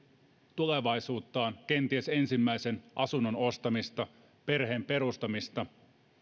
tulevaisuuttaan kenties ensimmäisen asunnon ostamista ja perheen perustamista